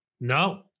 No